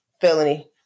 felony